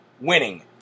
winning